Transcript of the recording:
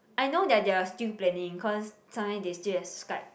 I know that they are still planning cause sometimes they still have Skype